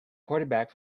quarterback